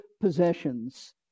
possessions